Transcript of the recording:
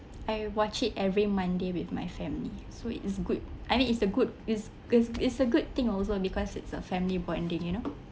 I watch it every monday with my family so it's good I mean it's a good it's it's a good thing also because it's a family bonding you know